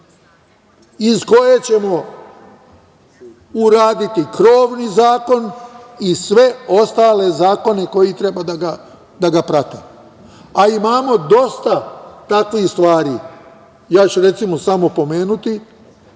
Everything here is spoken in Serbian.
iz koje ćemo uraditi krovni zakon i sve ostale zakone koji treba da ga prate, a imamo dosta takvih stvari. Ja ću, recimo, samo pomenuti